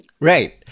Right